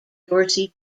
dorsey